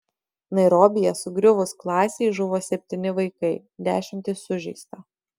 nairobyje sugriuvus klasei žuvo septyni vaikai dešimtys sužeista